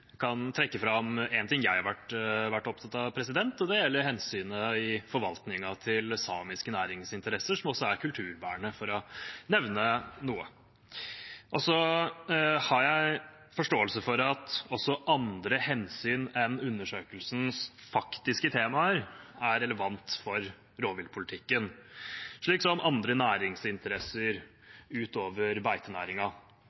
kan trekke fram en ting jeg har vært opptatt av, og det gjelder hensynet til forvaltningen av samiske næringsinteresser, som også er kulturbærende, for å nevne noe. Så har jeg forståelse for at også andre hensyn enn undersøkelsens faktiske temaer er relevante for rovviltpolitikken, slik som andre